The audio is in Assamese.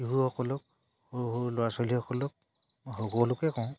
শিশুসকলক সৰু সৰু ল'ৰা ছোৱালীসকলক মই সকলোকে কওঁ